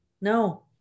No